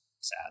sad